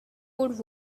wood